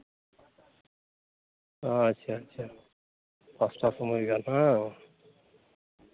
ᱟᱪᱪᱷᱟ ᱟᱪᱪᱷᱟ ᱯᱟᱸᱥᱴᱟ ᱥᱚᱢᱚᱭ ᱜᱟᱱ ᱵᱟᱝ